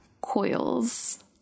coils